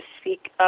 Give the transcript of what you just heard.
speak